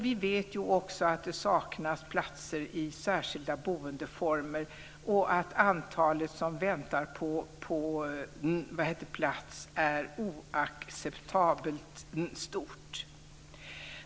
Vi vet också att det saknas platser i särskilda boendeformer och att antalet som väntar på plats är oacceptabelt stort.